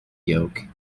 yolk